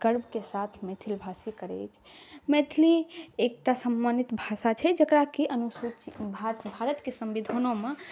गर्वके साथ मैथिलीभाषी करै अछि मैथिली एकटा सम्मानित भाषा छै जकरा कि अनुसूचि भारतके संविधानोमे